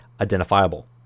identifiable